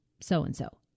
so-and-so